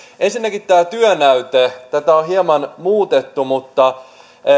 ensinnäkin tämä työnäyte tätä on hieman muutettu mutta